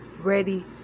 ready